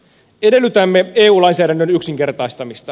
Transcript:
edellytämme eu lainsäädännön yksinkertaistamista